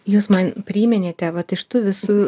jūs man priminėte vat iš tų visų